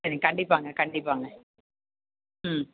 சரி கண்டிப்பாகங்க கண்டிப்பாகங்க ம்